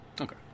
okay